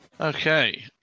Okay